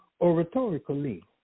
oratorically